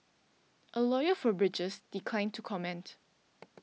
a lawyer for bridges declined to comment